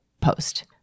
post